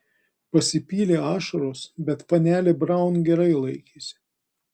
pasipylė ašaros bet panelė braun gerai laikėsi